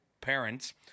parents